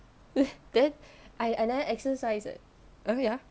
eh then I I never exercise eh okay ya